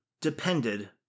depended